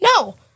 No